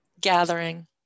gathering